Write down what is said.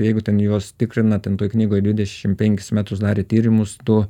jeigu ten juos tikrina ten toj knygoje dvidešim penkis metus darė tyrimus to